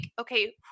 okay